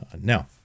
now